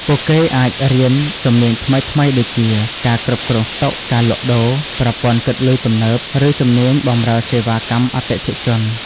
ពួកគេអាចរៀនជំនាញថ្មីៗដូចជា ការគ្រប់គ្រងស្តុក ការលក់ដូរ ប្រព័ន្ធគិតលុយទំនើប ឬជំនាញបម្រើសេវាកម្មអតិថិជន។